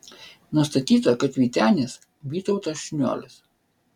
nustatyta kad vytenis vytautas šniuolis